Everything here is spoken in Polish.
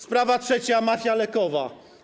Sprawa trzecia - mafia lekowa.